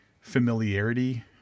familiarity